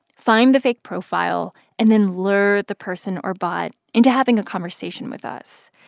find the fake profile and then lure the person or bot into having a conversation with us.